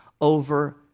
over